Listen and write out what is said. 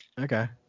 Okay